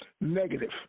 negative